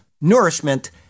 nourishment